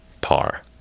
par